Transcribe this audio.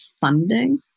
funding